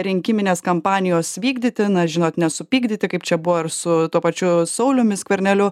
rinkiminės kampanijos vykdyti na žinot nesupykdyti kaip čia buvo ir su tuo pačiu sauliumi skverneliu